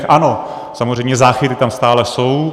Ano, samozřejmě záchyty tam stále jsou.